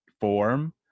form